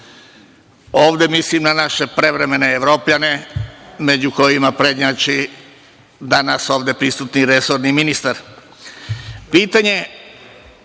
Ovde mislim na naše prevremene Evropljane među kojima prednjači danas ovde prisutni resorni ministar. Pitanje,